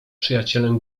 przyjacielem